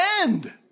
end